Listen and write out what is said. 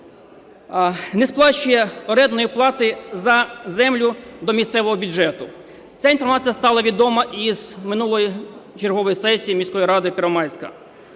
не сплачується орендної плати за землю до місцевого бюджету. Ця інформація стала відома із минулої чергової сесії міської ради Первомайська.